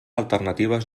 alternatives